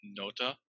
nota